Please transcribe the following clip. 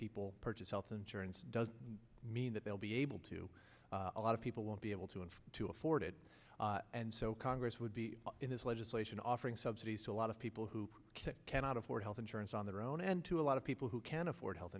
purchase health insurance doesn't mean that they'll be able to a lot of people won't be able to and to afford it and so congress would be in this legislation offering subsidies to a lot of people who cannot afford health insurance on their own and to a lot of people who can't afford health